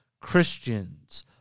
Christians